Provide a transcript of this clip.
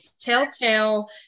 Telltale